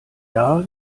jahr